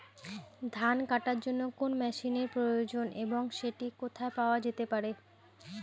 ধান কাটার জন্য কোন মেশিনের প্রয়োজন এবং সেটি কোথায় পাওয়া যেতে পারে?